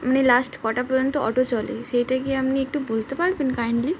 মানে লাস্ট কটা পর্যন্ত অটো চলে সেইটা কি আপনি একটু বলতে পারবেন কাইন্ডলি